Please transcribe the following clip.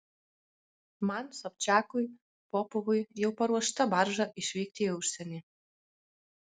man sobčiakui popovui jau paruošta barža išvykti į užsienį